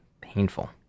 painful